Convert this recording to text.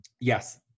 Yes